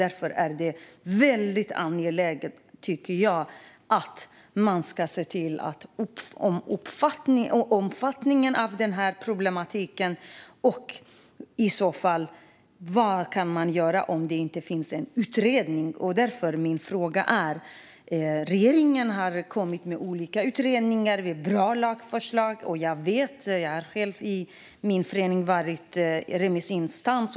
Därför är det väldigt angeläget, tycker jag, att man ser till att få en uppfattning av omfattningen av denna problematik och att man tittar på vad man kan göra om det inte finns en utredning. Regeringen har kommit med olika utredningar och med bra lagförslag. Jag har själv - i min förening - varit remissinstans.